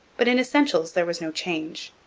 but in essentials there was no change.